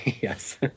Yes